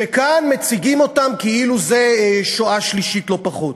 שכאן מציגים אותן כאילו זאת שואה שלישית, לא פחות.